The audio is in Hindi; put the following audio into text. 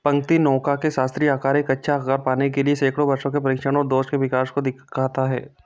पंक्ति नौका के शास्त्रीय आकार एक अच्छा आकार पाने के लिए सैकड़ों वर्षों के परीक्षण और दोष के विकास को दिखता हैं